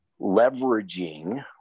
leveraging